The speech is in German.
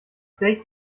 steak